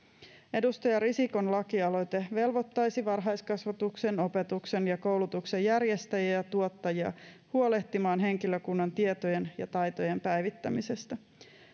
edustaja risikon lakialoite velvoittaisi varhaiskasvatuksen opetuksen ja koulutuksen järjestäjiä ja tuottajia huolehtimaan henkilökunnan tietojen ja taitojen päivittämisestä